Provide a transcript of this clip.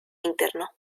interno